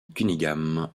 cunningham